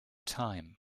time